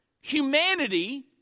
humanity